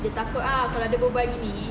dia takut ah kalau dia berbual gini